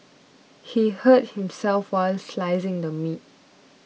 he hurt himself while slicing the meat